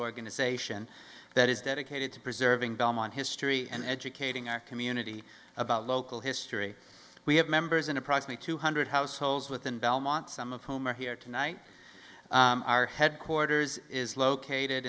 organization that is dedicated to preserving delmon history and educating our community about local history we have members in approximate two hundred households within belmont some of whom are here tonight our headquarters is located